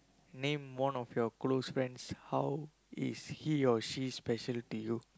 name one of your close friends how is he or she special to you